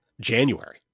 January